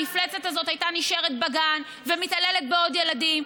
המפלצת הזאת הייתה נשארת בגן ומתעללת בעוד ילדים,